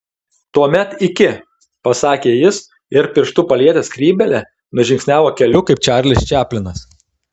tuomet iki pasakė jis ir pirštu palietęs skrybėlę nužingsniavo keliu kaip čarlis čaplinas